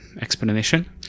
explanation